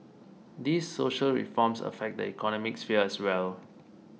these social reforms affect the economic sphere as well